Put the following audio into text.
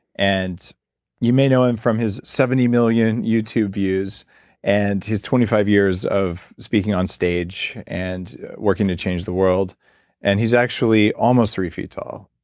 and you may know him from his seventy million youtube views and his twenty five years of speaking on stage and working to change the world and he's actually almost three feet tall.